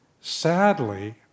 Sadly